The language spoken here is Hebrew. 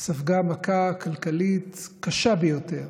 ספגה מכה כלכלית קשה ביותר